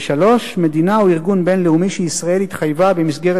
3. מדינה או ארגון בין-לאומי שישראל התחייבה במסגרת